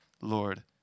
Lord